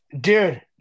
Dude